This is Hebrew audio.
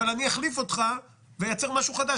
אבל אני אחליף אותך ואייצר משהו חדש.